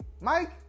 Mike